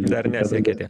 dar nesiekia tiek